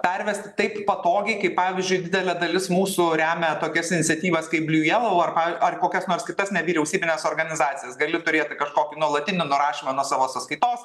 pervesti taip patogiai kaip pavyzdžiui didelė dalis mūsų remia tokias iniciatyvas kaip bliu jelau ar pa ar kokias nors kitas nevyriausybines organizacijas gali turėti kažkokį nuolatinį nurašymą nuo savo sąskaitos